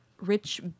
rich